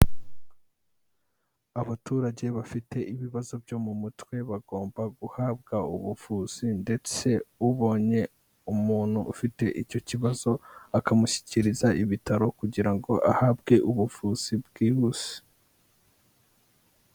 Abaturage bafite ibibazo byo mu mutwe bagomba guhabwa ubuvuzi ndetse ubonye umuntu ufite icyo kibazo, akamushyikiriza ibitaro kugira ngo ahabwe ubuvuzi bwihuse.